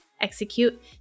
execute